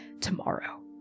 tomorrow